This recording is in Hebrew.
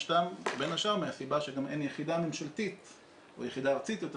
בין השאר מהסיבה שגם אין יחידה ממשלתית או יחידה ארצית יותר